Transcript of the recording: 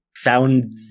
found